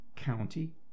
county